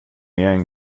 igen